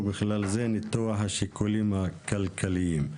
ובכלל זה ניתוח השיקולים הכלכליים.